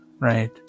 right